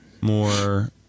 more